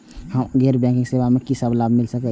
गैर बैंकिंग सेवा मैं कि सब लाभ मिल सकै ये?